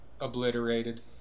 obliterated